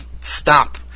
stop